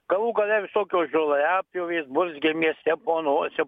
galų gale visokios žoliapjovės burzgia mieste po nosim